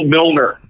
Milner